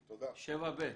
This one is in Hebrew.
7(ב).